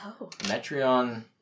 Metreon